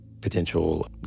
potential